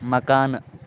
مکانہٕ